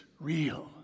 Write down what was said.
real